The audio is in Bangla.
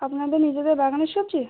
আপনাদের নিজেদের বাগানের সবজি